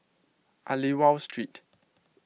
Aliwal Street